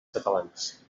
catalans